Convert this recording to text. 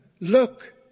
look